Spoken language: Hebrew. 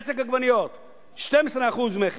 רסק עגבניות, 12% מכס.